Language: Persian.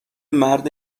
مرد